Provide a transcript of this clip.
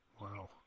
Wow